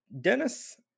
Dennis